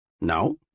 No